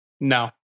No